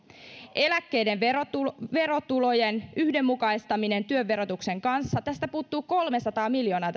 eläkkeiden verotulojen verotulojen yhdenmukaistaminen työn verotuksen kanssa tästä esityksestä puuttuu kolmesataa miljoonaa